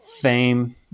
fame